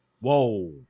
Whoa